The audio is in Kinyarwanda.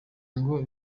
ngo